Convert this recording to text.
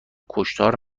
کشتار